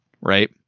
right